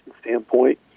standpoint